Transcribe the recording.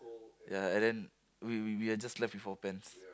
ya and then we we we are just left with four pants